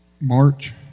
March